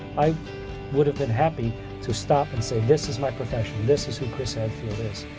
i would have been happy to stop and say this is my profession, this is who chris hadfield is.